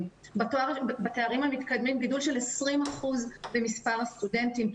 ובתארים המתקדמים גידול של 20% במספר הסטודנטים.